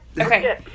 Okay